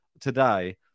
today